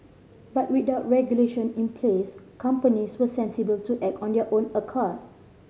but without regulation in place companies were sensible to act on their own accord